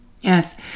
Yes